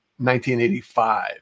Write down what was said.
1985